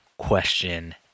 question